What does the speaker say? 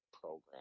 program